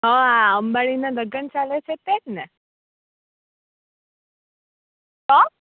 હા આ અંબાણીનાં લગન ચાલે છે તે જ ને તો